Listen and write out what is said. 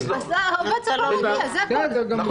זה הכול.